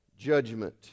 Judgment